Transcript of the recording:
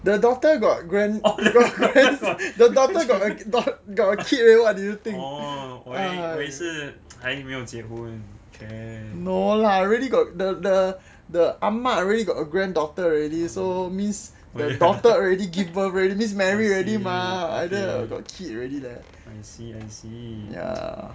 the daughter got grand the daughter got a kid already what do you think no lah already got the the ah ma already got a granddaughter already so means the daughter already